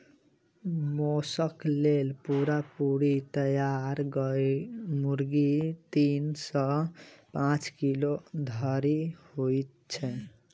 मौसक लेल पूरा पूरी तैयार मुर्गी तीन सॅ पांच किलो धरि होइत छै